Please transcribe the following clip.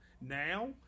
now